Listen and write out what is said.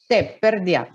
taip per dieną